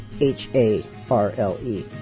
H-A-R-L-E